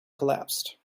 collapsed